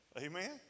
Amen